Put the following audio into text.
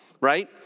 Right